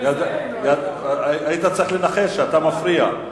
אתה מפריע.